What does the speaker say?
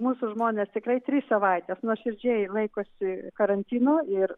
mūsų žmonės tikrai tris savaitės nuoširdžiai laikosi karantino ir